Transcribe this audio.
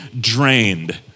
drained